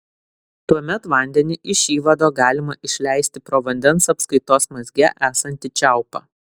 tuomet vandenį iš įvado galima išleisti pro vandens apskaitos mazge esantį čiaupą